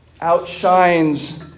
outshines